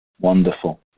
Wonderful